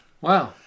wow